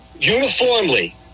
uniformly